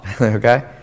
okay